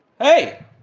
Hey